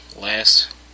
last